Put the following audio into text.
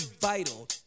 vital